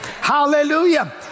Hallelujah